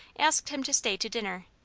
asked him to stay to dinner.